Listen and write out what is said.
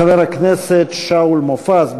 חבר הכנסת שאול מופז,